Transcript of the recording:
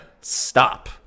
stop